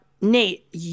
Nate